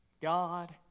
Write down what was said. God